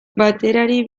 baterari